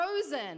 frozen